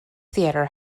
theatre